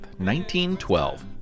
1912